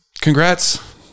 Congrats